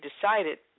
decided